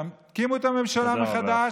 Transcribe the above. תקימו את הממשלה מחדש,